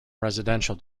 residential